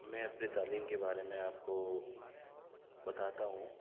میں اپنی تعلیم کے بارے میں آپ کو بتاتا ہوں